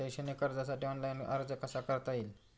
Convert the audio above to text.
शैक्षणिक कर्जासाठी ऑनलाईन अर्ज कसा करता येईल?